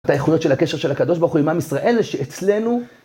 את האיכויות של הקשר של הקדוש ברוך הוא עם עם ישראל שאצלנו...